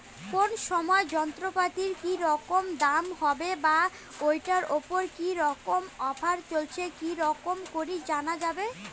কোন সময় যন্ত্রপাতির কি মতন দাম হবে বা ঐটার উপর কি রকম অফার চলছে কি রকম করি জানা যাবে?